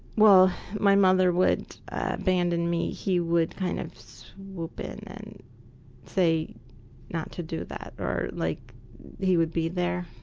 well, my mother would abandon me, he would kind of swoop in and then say not to do that, or like he would be there.